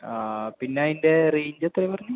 ആ പിന്നെ അതിൻ്റെ റേഞ്ച് എത്ര പറഞ്ഞത്